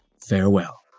farewell